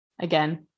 Again